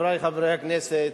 חברי חברי הכנסת,